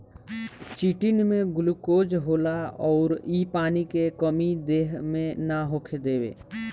chitin में glucose होला अउर इ पानी के कमी देह मे ना होखे देवे